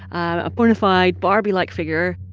a bona fide barbie-like figure.